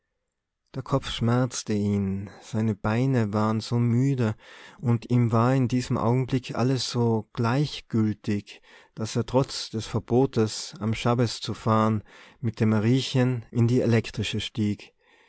der kopf schmerzte ihn seine beine waren so müde und ihm war in diesem augenblick alles so gleichgültig daß er trotz des verbotes am schabbes zu fahren mit dem mariechen in die elektrische stieg